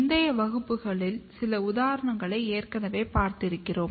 முந்தைய வகுப்புகளில் சில உதாரணங்களை ஏற்கனவே பார்த்திருக்கிறோம்